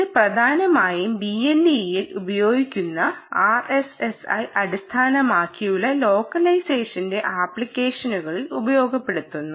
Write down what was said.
ഇത് പ്രധാനമായും BLEയിൽ ഉപയോഗിക്കുന്ന RSSI അടിസ്ഥാനമാക്കിയുള്ള ലോക്കലൈസേഷന്റ ആപ്ലിക്കേഷനുകളിൽ ഉപയോഗപ്പെടുത്തുന്നു